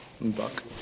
Buck